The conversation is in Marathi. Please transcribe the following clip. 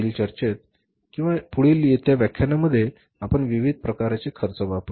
पुढील चर्चेत पुढील येत्या व्याख्यानांमध्ये आपण विविध प्रकारचे खर्च वापरू